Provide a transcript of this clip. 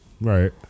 Right